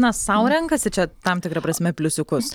na sau renkasi čia tam tikra prasme pliusiukus